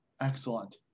Excellent